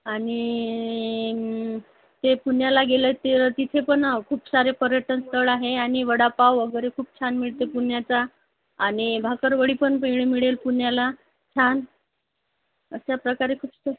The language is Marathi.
आणि ते पुण्याला गेलं त्या तिथे पण खूप सारे पर्यटनस्थळ आहे आणि वडापाव वगैरे खूप छान मिळते पुण्याचा आणि बाकरवडी पण वेगळी मिळेल पुण्याला छान अशा प्रकारे खूपसं